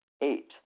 Eight